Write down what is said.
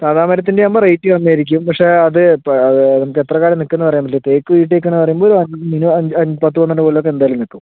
സാധാ മരത്തിൻ്റെ ആകുമ്പം റേറ്റ് കമ്മി ആയിരിക്കും പക്ഷെ അത് ഇപ്പം നമുക്ക് എത്ര കാലം നിക്കുമെന്ന് പറയാൻ പറ്റില്ല തേക്ക് ഈട്ടി ഒക്കെ നാലഞ്ച് അഞ്ച് പത്ത് പന്ത്രണ്ട് കൊല്ലം ഒക്കെ എന്തായാലും നിക്കും